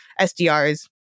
SDRs